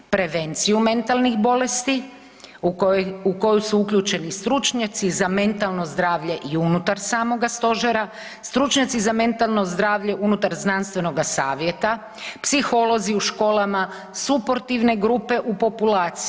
Prevenciju mentalnih bolesti u koju su uključeni stručnjaci za mentalno zdravlje i unutar samoga Stožera, stručnjaci za mentalno zdravlje unutar Znanstvenoga savjeta, psiholozi u školama, suportivne grupe u populaciji.